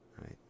right